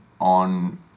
on